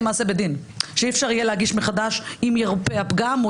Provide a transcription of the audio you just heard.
מעשה בדין שאי אפשר יהיה להגיש מחדש אם ירפה הפגם.